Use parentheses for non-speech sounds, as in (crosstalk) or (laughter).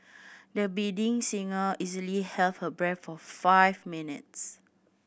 the (unintelligible) singer easily held her breath for five minutes